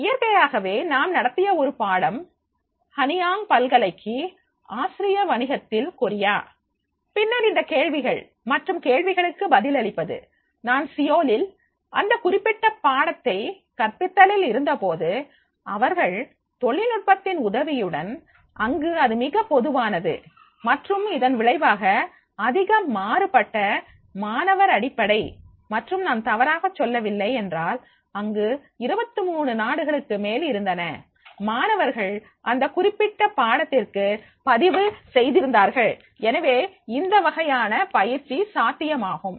இயற்கையாகவே நான் நடத்திய ஒரு பாடம் ஹனியாங் பல்கலைக்கு ஆசிய வணிகத்தில் கொரியா பின்னர் இந்த கேள்விகள் மற்றும் கேள்விகளுக்கு பதிலளிப்பது நான் சியோலில் அந்த குறிப்பிட்ட பாடத்தை கற்பித்தலில் இருந்தபோது அவர்கள் தொழில்நுட்பத்தின் உதவியுடன் அங்கு அது மிகப் பொதுவானது மற்றும் இதன்விளைவாக அதிக மாறுபட்ட மாணவர் அடிப்படை மற்றும் நான் தவறாக சொல்லவில்லை என்றால் அங்கு 23 நாடுகளுக்கு மேல் இருந்தன மாணவர்கள் அந்த குறிப்பிட்ட பாடத்திற்கு பதிவு செய்திருந்தார்கள் எனவே இந்த வகையான பயிற்சி சாத்தியமாகும்